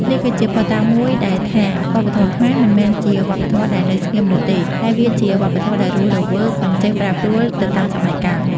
នេះគឺជាភស្តុតាងមួយដែលថាវប្បធម៌ខ្មែរមិនមែនជាវប្បធម៌ដែលនៅស្ងៀមនោះទេ តែវាជាវប្បធម៌ដែលរស់រវើកនិងចេះប្រែប្រួលទៅតាមសម័យកាល។